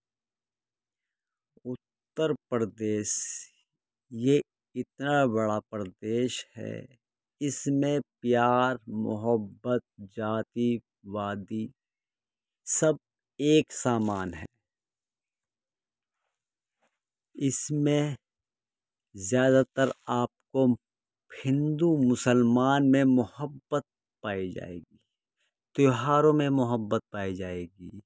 اتر پردیش یہ اتنا بڑا پردیش ہے اس میں پیار محبت جاتی وادی سب ایک سامان ہے اس میں زیادہ تر آپ کو ہندو مسلمان میں محبت پائی جائے گی تہواروں میں محبت پائی جائے گی